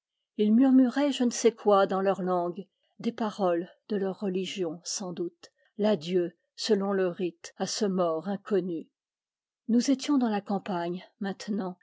ils murmuraient je ne sais quoi dans leur langue des paroles de leur religion sans doute l'adieu selon le rite à ce mort inconnu nous étions dans la campagne maintenant